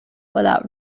without